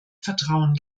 vertrauen